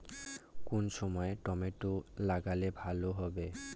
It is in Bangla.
কোন সময় টমেটো লাগালে ভালো হবে?